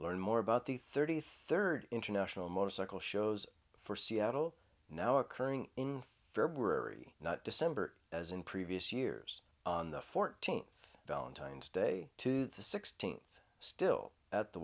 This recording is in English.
learn more about the thirty third international motorcycle shows for seattle now occurring in february not december as in previous years on the fourteenth valentine's day to the sixteenth still at the